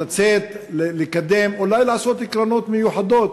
לצאת, לקדם, אולי לעשות קרנות מיוחדות,